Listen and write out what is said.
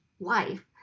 life